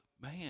man